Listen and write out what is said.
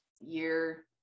year